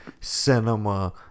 cinema